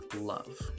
love